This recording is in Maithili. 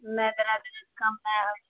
नहि दर्द कम नहि होल